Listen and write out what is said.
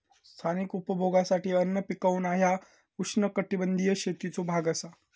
स्थानिक उपभोगासाठी अन्न पिकवणा ह्या उष्णकटिबंधीय शेतीचो भाग असा